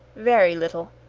very little.